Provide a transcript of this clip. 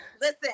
listen